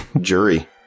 Jury